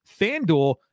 FanDuel